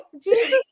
Jesus